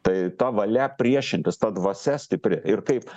tai ta valia priešintis ta dvasia stipri ir kaip